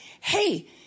Hey